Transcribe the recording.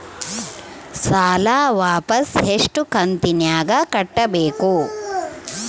ಸಾಲ ವಾಪಸ್ ಎಷ್ಟು ಕಂತಿನ್ಯಾಗ ಕಟ್ಟಬೇಕು?